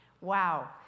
Wow